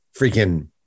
freaking